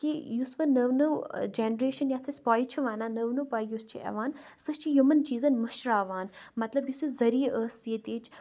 کہِ یُس وۄنۍ نٔو نٔو جنریشن یَتھ أسۍ پوٚیہِ چھِ وَنان نٔو نٔو پوٚیہِ یُس چھِ یِوان سُہ چھِ یِمن چیٖزَن مٔشراوان مطلب یُس یہِ ذٔریعہِ ٲسۍ ییٚتِچ